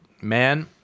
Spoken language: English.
man